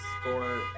score